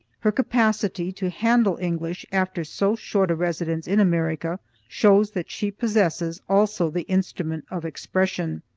her capacity to handle english after so short a residence in america shows that she possesses also the instrument of expression.